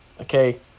Okay